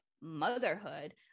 motherhood